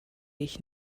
ich